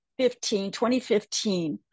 2015